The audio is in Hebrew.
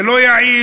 זה לא יעיל,